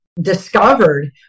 discovered